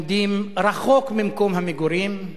חלקם לומדים רחוק ממקום המגורים,